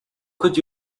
could